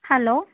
hello